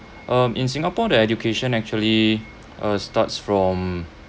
um in singapore the education actually uh starts from